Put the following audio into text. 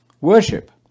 Worship